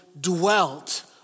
dwelt